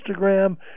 Instagram